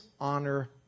honor